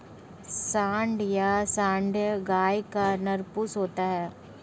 सांड या साँड़ गाय का नर पशु होता है